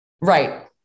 Right